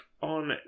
on